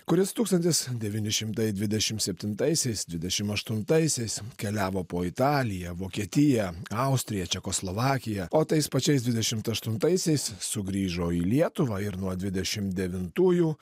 kuris tūkstantis devyni šimtai dvidešimt septintaisiais dvidešimt aštuntaisiais keliavo po italiją vokietiją austriją čekoslovakiją o tais pačiais dvidešimt aštuntaisiais sugrįžo į lietuvą ir nuo dvidešimt devintųjų